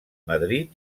madrid